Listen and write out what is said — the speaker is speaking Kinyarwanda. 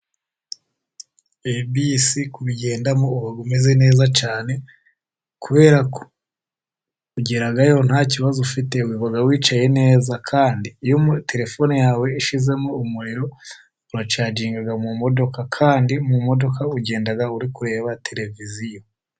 Ibibisi kubigendamo uba umeze neza cyane, kubera ko ugerayo ntakibazo ufite, wumva wicaye neza, kandi iyo terefone yawe ishizemo umuriro, wacaginga mu modoka. Kandi mu modoka ugenda uri kureba tereviziyo.